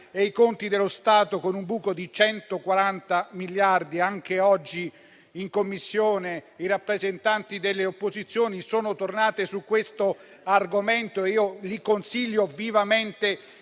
e i conti dello Stato, con un buco di 140 miliardi. Anche oggi in Commissione i rappresentanti delle opposizioni sono tornati su questo argomento e io consiglio loro vivamente